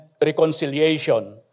reconciliation